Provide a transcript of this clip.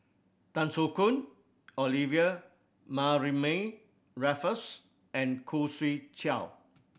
Tan Soo Khoon Olivia Mariamne Raffles and Khoo Swee Chiow